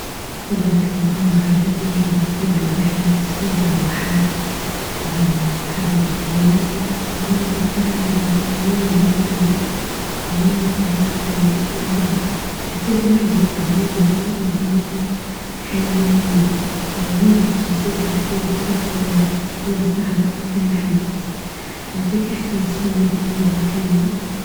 طبعا أكتر مغامرة عجبتني هي بعد طلعنا رحلة صغيرة للواحات مع البحيرة اللي بالجنوب، الجو كان جم جميل جدا جدا، مليان حياة طبيعية رائعة حسيت روحي وروحي بعيداعن الضغط الحياة اليومية، وغيرت في نفسيتنا كتير كانت الصحراء حلو حلو يعطيك إحساس بالطبيعة الحلوة.